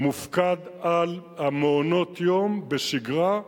מופקד על מעונות-היום בשגרה,